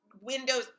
windows